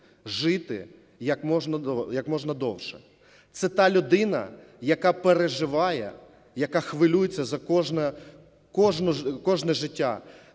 жити як можна довше. Це та людина, яка переживає, яка хвилюється за кожне життя